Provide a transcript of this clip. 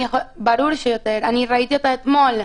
ברור שיותר, אני ראיתי אותה אתמול.